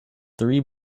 three